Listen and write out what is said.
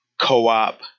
Co-op